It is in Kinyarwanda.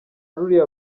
ruriya